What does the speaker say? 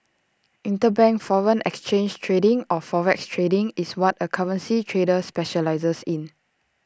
interbank foreign exchange trading or forex trading is what A currency trader specialises in